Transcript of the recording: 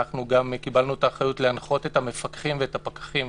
אנחנו גם קיבלנו את האחריות להנחות את המפקחים ואת הפקחים,